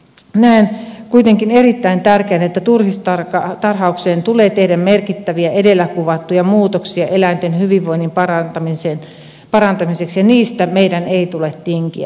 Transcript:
näen kuitenkin erittäin tärkeänä että turkistarhaukseen tulee tehdä merkittäviä edellä kuvattuja muutoksia eläinten hyvinvoinnin parantamiseksi ja niistä meidän ei tule tinkiä